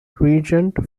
regent